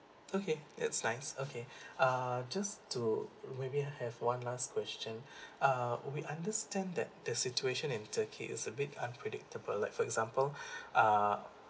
okay it's nice okay uh just to maybe have one last question uh we understand that the situation in turkey is a bit unpredictable like for example uh